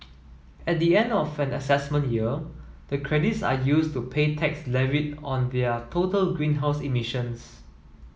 at the end of an assessment year the credits are used to pay tax levied on their total greenhouse emissions